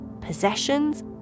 possessions